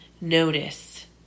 Notice